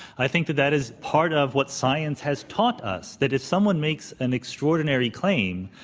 i think that that is part of what science has taught us, that if someone makes an extraordinary claim,